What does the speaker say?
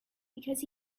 because